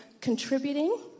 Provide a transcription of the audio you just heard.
contributing